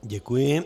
Děkuji.